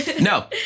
No